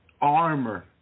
armor